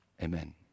Amen